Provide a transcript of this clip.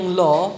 law